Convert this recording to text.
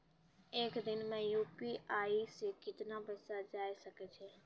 एक दिन मे यु.पी.आई से कितना पैसा जाय सके या?